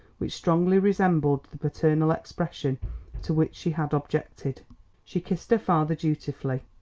which strongly resembled the paternal expression to which she had objected she kissed her father dutifully.